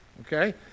okay